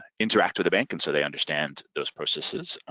interact with a bank and so they understand those processes.